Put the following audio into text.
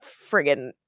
friggin